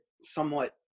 somewhat